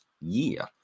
year